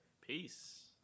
Peace